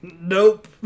Nope